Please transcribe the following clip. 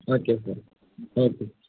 okay sir okay